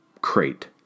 crate